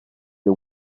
the